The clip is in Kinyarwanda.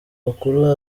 bakuru